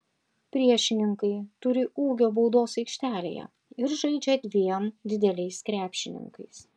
priešininkai turi ūgio baudos aikštelėje ir žaidžia dviem dideliais krepšininkais